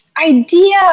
idea